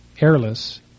airless